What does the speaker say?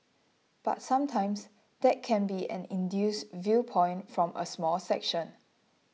but sometimes that can be an induced viewpoint from a small section